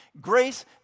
Grace